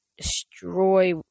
Destroy